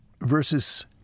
versus